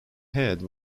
head